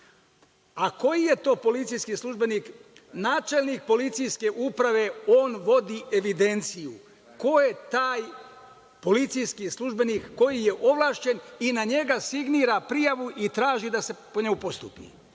Koji je to policijski službenik? Načelnik policijske uprave, on vodi evidenciju. Ko je taj policijski službenik koji je ovlašćen i na njega signira prijavu i traži da se po njoj postupi? Prema